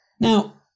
Now